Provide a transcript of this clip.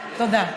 תודה.